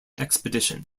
expedition